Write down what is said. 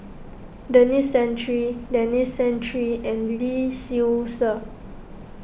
Denis Santry Denis Santry and Lee Seow Ser